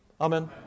Amen